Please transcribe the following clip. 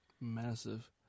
Massive